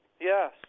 Yes